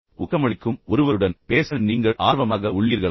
ஊக்கமளிக்கும் ஒருவருடன் பேச நீங்கள் ஆர்வமாக உள்ளீர்களா